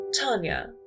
Tanya